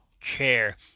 chair